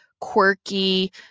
quirky